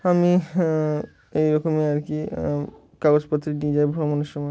আমি এইরকমই আর কি কাগজপত্রে নিয়ে যাই ভ্রমণের সময়